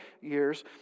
years